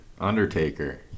Undertaker